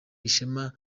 ishema